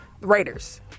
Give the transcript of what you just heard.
Raiders